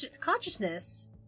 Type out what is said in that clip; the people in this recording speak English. consciousness